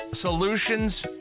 solutions